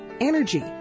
energy